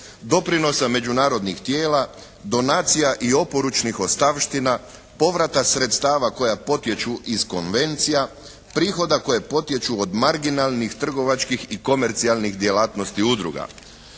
doprinosa međunarodnih tijela, donacija i oporučnih ostavština, povrata sredstava koja potječu iz konvencija. Prihoda koje potječu od marginalnih, trgovačkih i komercijalnih djelatnosti udruga.